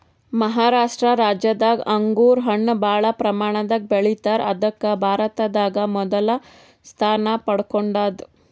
ಮಹಾರಾಷ್ಟ ರಾಜ್ಯದಾಗ್ ಅಂಗೂರ್ ಹಣ್ಣ್ ಭಾಳ್ ಪ್ರಮಾಣದಾಗ್ ಬೆಳಿತಾರ್ ಅದಕ್ಕ್ ಭಾರತದಾಗ್ ಮೊದಲ್ ಸ್ಥಾನ ಪಡ್ಕೊಂಡದ್